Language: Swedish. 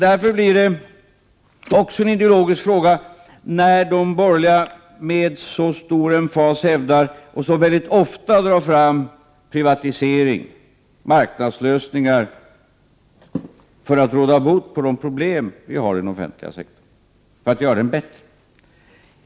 Därför blir det också en ideologisk fråga när de borgerliga med så stor emfas hävdar och väldigt ofta drar fram privatisering, marknadslösningar, för att råda bot på de problem vi har inom den offentliga sektorn och för att göra den bättre.